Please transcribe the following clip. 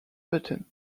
button